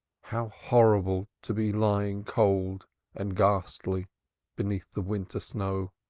how horrible to be lying cold and ghastly beneath the winter snow!